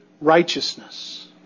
righteousness